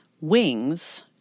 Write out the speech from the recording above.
wings